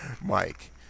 Mike